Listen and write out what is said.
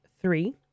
three